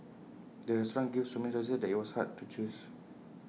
the restaurant gave so many choices that IT was hard to choose